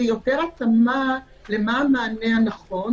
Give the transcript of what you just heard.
זה יותר התאמה מה המענה הנכון,